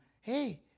hey